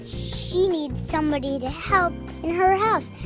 she needs somebody to help in her house,